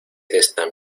esta